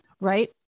right